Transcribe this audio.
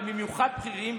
ובייחוד בכירים,